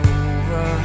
over